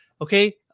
okay